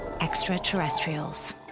extraterrestrials